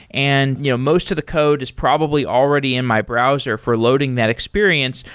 and you know most of the code is probably already in my browser for loading that experience.